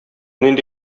нинди